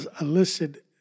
illicit